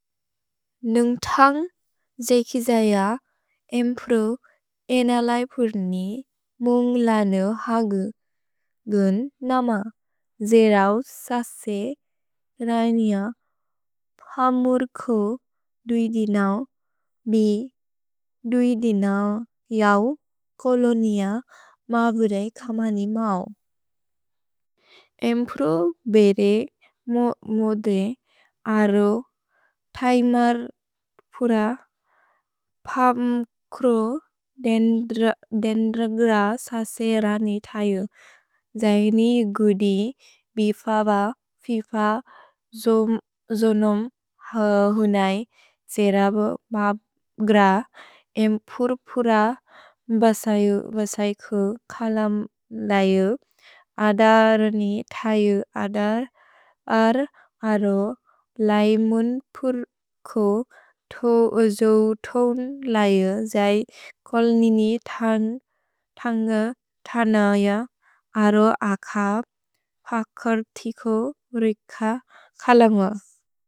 नुन्ग् थन्ग् जे किजय एम्प्रु एन लैपुर्नि मुन्ग् लनु हगु। गुन् नम जेरौ ससे रनिअ फमुर् खु दुइदिनौ बि दुइदिनौ इऔ कोलोनिअ मबुरे खमनि मौ। एम्प्रु बेदे मुदे अरो थय्मर् पुर फम् क्रु देन्रग्र ससे रनि थयु। जैनि गुदि बिफ ब फिफ जोम् जोनोम् ह हुनै। जेरौ बब् ग्र एम्पुर् पुर बसयु बसय् कु कलम् लैउ। अदर्नि थयु अदर् अर् अरो लैमुन् पुर् को थो ओजो थोन् लैउ जै कोल् निनि थन्ग् थनैअ अरो अकब् पकर्तिको रिक कलम।